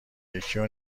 یکیو